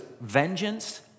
vengeance